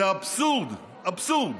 זה אבסורד, אבסורד,